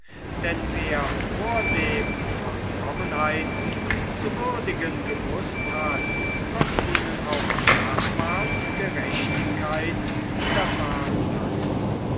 denn wer vordem vollkommenheiten zu würdigen gewußt hat wird ihnen auch nachmals gerechtigkeit widerfahren lassen